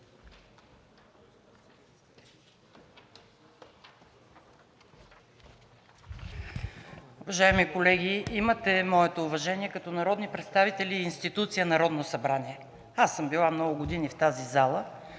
Уважаеми колеги, имате моето уважение като народни представители и институция Народно събрание. Аз съм била много години в тази зала